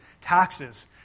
taxes